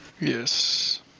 Yes